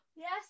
Yes